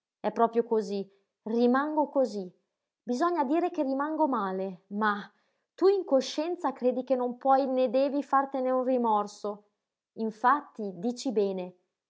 è proprio cosí rimango cosí bisogna dire che rimango male mah tu in coscienza credi che non puoi né devi fartene un rimorso infatti dici bene